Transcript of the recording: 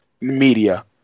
Media